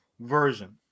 version